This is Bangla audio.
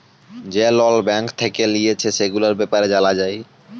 যে লল ব্যাঙ্ক থেক্যে লিয়েছে, সেগুলার ব্যাপারে জালা যায়